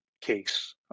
case